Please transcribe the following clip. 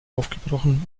aufgebrochen